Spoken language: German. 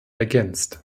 ergänzt